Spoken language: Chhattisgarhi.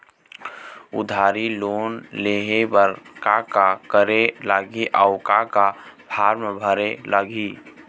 उधारी लोन लेहे बर का का करे लगही अऊ का का फार्म भरे लगही?